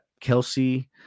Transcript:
Kelsey